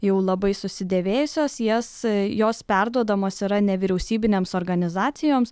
jau labai susidėvėjusios jas jos perduodamos yra nevyriausybinėms organizacijoms